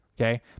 okay